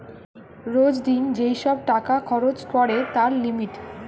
রোজ দিন যেই সব টাকা খরচ করে তার লিমিট